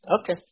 Okay